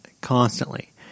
constantly